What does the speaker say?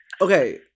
okay